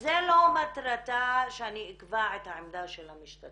זו לא מטרתה שאני אקבע את העמדה של המשתתפות.